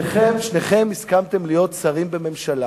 שניכם הסכמתם להיות שרים בממשלה